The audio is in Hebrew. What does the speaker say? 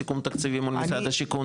בסיכום תקציבים במשרד השיכון,